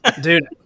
dude